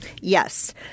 Yes